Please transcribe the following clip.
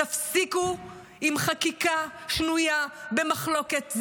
תפסיקו עם חקיקה שנויה במחלוקת.